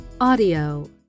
audio